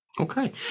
Okay